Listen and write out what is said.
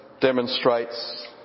demonstrates